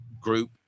group